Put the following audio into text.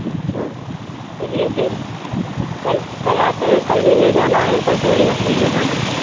अच्छा चलिए फिर कल कल आते हैं कल भी ले जाना है कल थोड़ी मछली ले जाना है